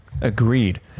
agreed